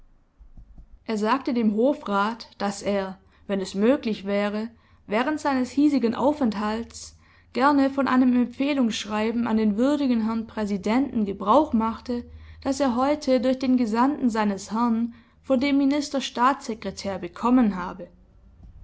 er sagte dem hofrat daß er wenn es möglich wäre während seines hiesigen aufenthalts gerne von einem empfehlungsschreiben an den würdigen herrn präsidenten gebrauch machte das er heute durch den gesandten seines herrn von dem minister staatssekretär bekommen habe